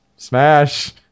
smash